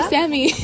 Sammy